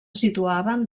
situaven